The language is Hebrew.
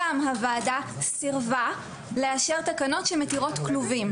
הוועדה סירבה לאשר תקנות שמתירות כלובים.